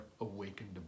awakened